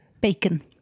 bacon